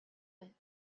байна